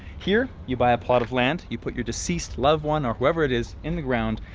here, you buy a plot of land, you put your deceased loved one or whoever it is in the ground,